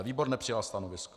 Výbor nepřijal stanovisko.